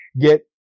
get